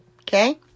okay